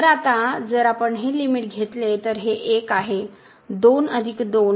तर आता जर आपण हे लिमिट घेतले तर हे 1 आहे तर हे लिमिट 4 आहे